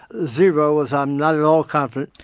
zero was i'm not at all confident.